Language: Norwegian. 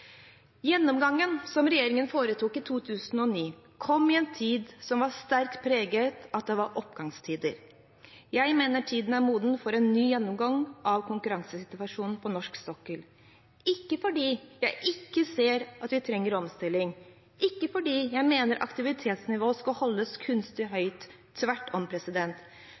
Gjennomgangen som regjeringen foretok i 2009, kom i en tid som var sterkt preget av at det var oppgangstider. Jeg mener tiden er moden for en ny gjennomgang av konkurransesituasjonen på norsk sokkel – ikke fordi jeg ikke ser at vi trenger omstilling, ikke fordi jeg mener aktivitetsnivået skal holdes kunstig høyt, tvert om,